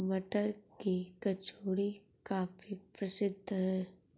मटर की कचौड़ी काफी प्रसिद्ध है